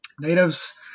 Natives